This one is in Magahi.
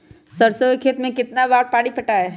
सरसों के खेत मे कितना बार पानी पटाये?